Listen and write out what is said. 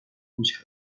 پوچ